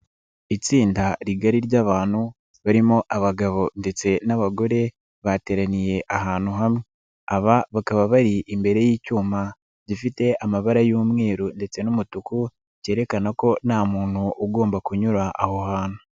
Itsinda rigari ry'abantu, barimo abagabo ndetse n'abagore, bateraniye ahantu hamwe. Aba bakaba bari imbere y'icyuma gifite amabara y'umweru ndetse n'umutuku, kerekana ko nta muntu ugomba kunyura aho hantu.